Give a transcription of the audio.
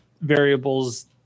variables